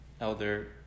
Elder